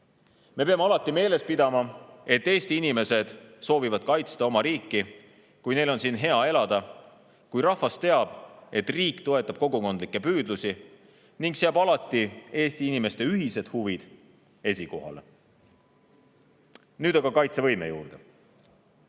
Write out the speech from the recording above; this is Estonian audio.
Me peame alati meeles pidama, et Eesti inimesed soovivad oma riiki kaitsta, kui neil on siin hea elada, kui rahvas teab, et riik toetab kogukondlikke püüdlusi ning seab alati Eesti inimeste ühised huvid esikohale. Nüüd aga kaitsevõime juurde.